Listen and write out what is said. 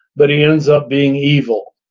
but he ends up being evil.